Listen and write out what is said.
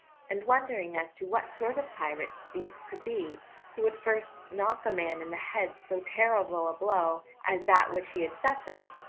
and wondering as to what sort of pirates these could be who would first knock a man in the head so terrible a blow as that which he had suffered,